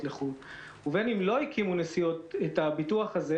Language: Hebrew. לחו"ל ובין אם לא הקימו את הביטוח הזה,